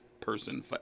person